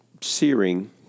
searing